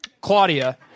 Claudia